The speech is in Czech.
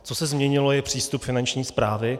Co se změnilo, je přístup Finanční správy.